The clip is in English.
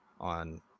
on